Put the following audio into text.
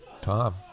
Tom